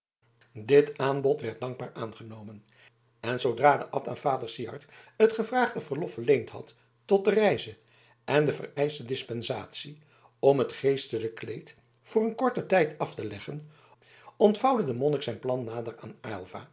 dit aanbod werd dankbaar aangenomen en zooras de abt aan vader syard het gevraagde verlof verleend had tot de reize en de vereischte dispensatie om het geestelijk kleed voor een korten tijd af te leggen ontvouwde de monnik zijn plan nader aan